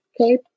Okay